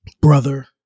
brother